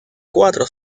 cuatro